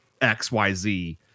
XYZ